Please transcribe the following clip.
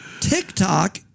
TikTok